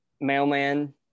mailman